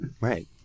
Right